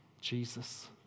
Jesus